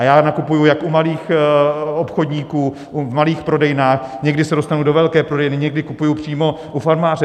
Já nakupuji jak u malých obchodníků v malých prodejnách, někdy se dostanu do velké prodejny, někdy kupuji přímo u farmáře.